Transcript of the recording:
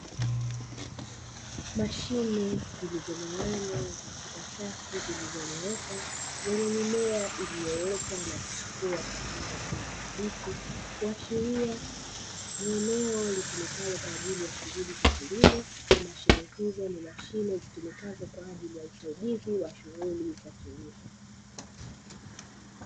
Mashine zilizogawanywa katika safu zilizonyooka zenye mimea iliyoota na kuchipua kwa rangi ya kijani kibichi, kuashiria ni eneo litumikalo kwaajili ya shuli za kilimo mashine hizo ni mashine zitumikazo kwaajili ya usahidizi wa shuhuli za kilimo.